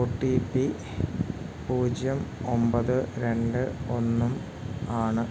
O T P പൂജ്യം ഒമ്പത് രണ്ട് ഒന്നും ആണ്